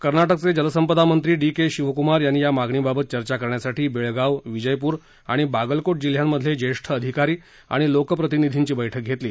कर्नाटकचे जलसंपदा मंत्री डी के शिवकुमार यांनी या मागणीबाबत चर्चा करण्यासाठी बेळगाव विजयपूर आणि बागलकोट जिल्ह्यांमधले ज्येष्ठ अधिकारी आणि लोकप्रतिनिधींची बरुक्क घेतली